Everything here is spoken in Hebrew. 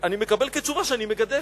ואני מקבל כתשובה שאני מגדף.